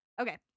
Okay